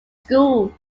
school